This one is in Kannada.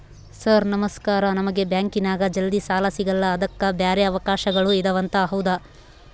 ಸರ್ ನಮಸ್ಕಾರ ನಮಗೆ ಬ್ಯಾಂಕಿನ್ಯಾಗ ಜಲ್ದಿ ಸಾಲ ಸಿಗಲ್ಲ ಅದಕ್ಕ ಬ್ಯಾರೆ ಅವಕಾಶಗಳು ಇದವಂತ ಹೌದಾ?